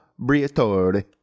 Briatore